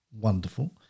wonderful